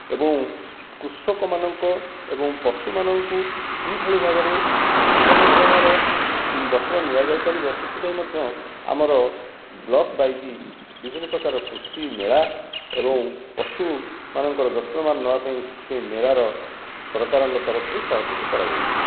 ଏବଂ କୃଷକ ମାନଙ୍କ ଏବଂ ପଶୁ ମାନଙ୍କୁ କିଭଳି ଭାବରେ ଉନ୍ନତ ଧରଣର ଯତ୍ନ ନିଆଯାଇ ପାରିବ ସେଥିପାଇଁ ମଧ୍ୟ ଆମର ବ୍ଲକ ବାଇଜ ବି ବିଭିନ୍ନ ପ୍ରକାର କୃଷି ମେଳା ଏବଂ ପଶୁ ମାନଙ୍କର ଯତ୍ନବାନ ନବାପାଇଁ ସେଥିପାଇଁ ମେଳାର ସରକାରଙ୍କ ତରଫରୁ ସହଯୋଗ କରାଯାଇଛି